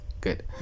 good